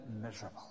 miserable